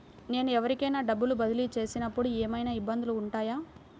నేను ఎవరికైనా డబ్బులు బదిలీ చేస్తునపుడు ఏమయినా ఇబ్బందులు వుంటాయా?